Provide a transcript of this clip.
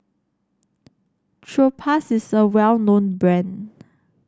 Propass is a well known brand